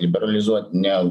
liberalizuot ne